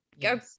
Go